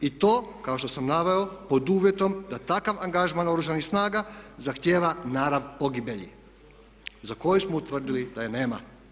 I to kao što sam naveo pod uvjetom da takav angažman Oružanih snaga zahtjeva narav pogibelji za koji smo utvrdili da je nema.